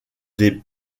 des